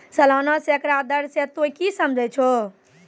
सलाना सैकड़ा दर से तोंय की समझै छौं